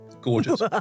gorgeous